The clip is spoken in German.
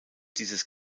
dieses